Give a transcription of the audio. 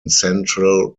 central